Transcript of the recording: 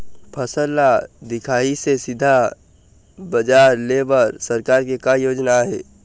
फसल ला दिखाही से सीधा बजार लेय बर सरकार के का योजना आहे?